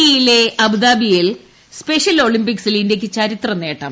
E യിലെ അബുദാബിയിൽ special ഒളിമ്പിക്സിൽ ഇന്ത്യയ്ക്ക് ചരിത്ര നേട്ടം